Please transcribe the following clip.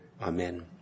Amen